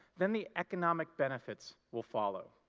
then the economic benefits will follow.